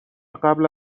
قبل